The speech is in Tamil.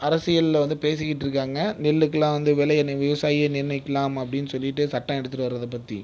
அரசியலில் வந்து பேசிக்கிட்டு இருக்காங்க நெல்லுக்கெல்லாம் வந்து விலை என்ன விவசாயியே நிர்ணயிக்கலாம் அப்படினு சொல்லிவிட்டு சட்டம் எடுத்துட்டு வருவதை பற்றி